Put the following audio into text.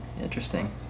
Interesting